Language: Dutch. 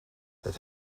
het